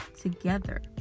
together